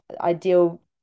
ideal